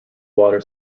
water